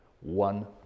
one